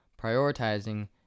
prioritizing